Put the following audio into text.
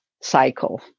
cycle